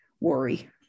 worry